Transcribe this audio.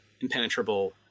impenetrable